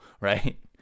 Right